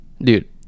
dude